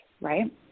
right